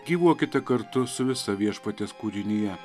gyvuokite kartu su visa viešpaties kūrinija